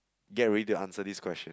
get ready to answer this question